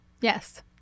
Yes